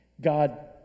God